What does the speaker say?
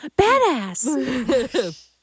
Badass